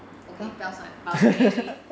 okay 不要算 but okay